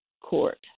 court